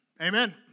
amen